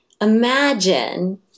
imagine